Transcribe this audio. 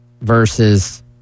versus